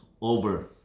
over